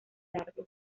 largo